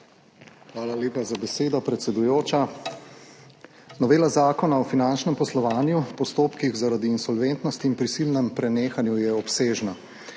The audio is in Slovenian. Hvala lepa za besedo, predsedujoča. Novela Zakona o finančnem poslovanju, postopkih, zaradi insolventnosti in prisilnem prenehanju je obsežna.